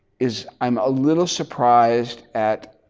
is i'm a little surprised at